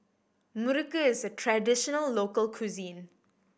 muruku is a traditional local cuisine